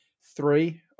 Three